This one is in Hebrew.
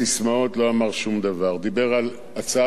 דיבר על הצעת חוק להפחתת הגירעון,